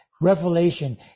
Revelation